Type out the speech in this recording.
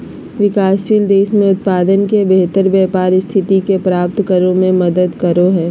विकासशील देश में उत्पाद के बेहतर व्यापार स्थिति के प्राप्त करो में मदद करो हइ